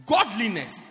Godliness